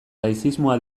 laizismoa